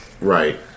Right